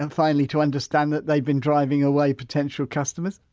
and finally, to understand that they've been driving away potential customers?